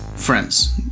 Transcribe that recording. friends